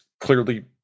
clearly